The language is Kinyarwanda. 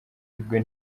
rwe